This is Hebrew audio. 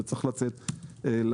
זה צריך לצאת לציבור.